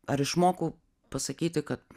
ar išmokau pasakyti kad